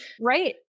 right